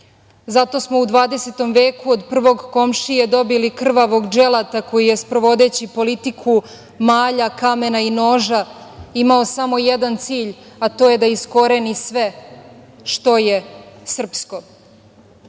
Zato smo u 20. veku od prvog komšije dobili krvavog dželata koji je, sprovodeći politiku malja, kamena i noža, imao samo jedan cilj, a to je da iskoreni sve što je